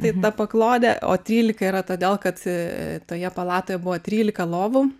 tai ta paklodė o trylika yra todėl kad toje palatoje buvo trylika lovų